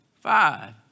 Five